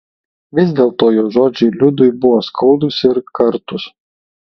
vis dėlto jo žodžiai liudui buvo skaudūs ir kartūs